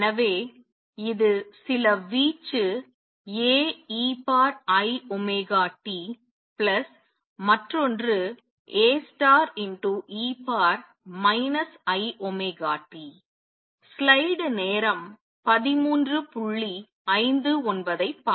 எனவே இது சில வீச்சு Aeiωt பிளஸ் மற்றொன்று Ae iωt